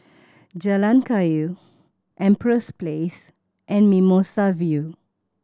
Jalan Kayu Empress Place and Mimosa View